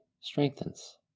strengthens